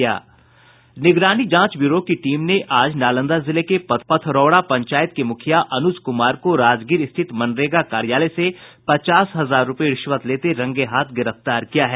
निगरानी जांच ब्यूरो की टीम ने आज नालंदा जिले के पथरौरा पंचायत के मुखिया अनुज कुमार को राजगीर स्थित मनरेगा कार्यालय से पचास हजार रुपये रिश्वत लेते रंगेहाथ गिरफ्तार किया है